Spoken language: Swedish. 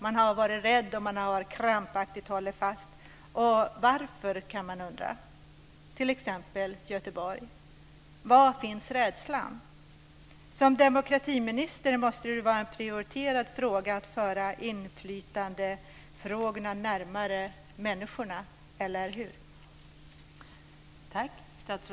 Man har varit rädd, och man har krampaktigt hållit fast. Man kan undra varför. Det gäller t.ex. Göteborg. Var finns rädslan? För demokratiministern måste det vara prioriterat att föra inflytandefrågorna närmare människorna, eller hur?